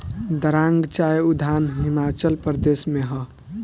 दारांग चाय उद्यान हिमाचल प्रदेश में हअ